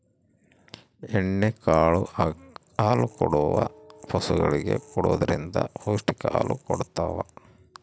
ಎಣ್ಣೆ ಕಾಳು ಹಾಲುಕೊಡುವ ಪಶುಗಳಿಗೆ ಕೊಡುವುದರಿಂದ ಪೌಷ್ಟಿಕ ಹಾಲು ಕೊಡತಾವ